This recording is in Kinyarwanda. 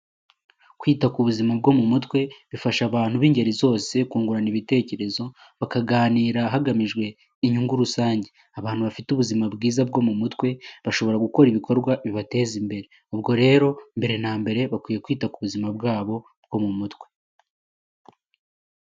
Kwita ku buzima bwo mu mutwe, bifasha abantu b'ingeri zose kungurana ibitekerezo, bakaganira hagamijwe inyungu rusange. Abantu bafite ubuzima bwiza bwo mu mutwe, bashobora gukora ibikorwa bibateza imbere. Ubwo rero, mbere na mbere bakwiye kwita ku buzima bwabo bwo mu mutwe.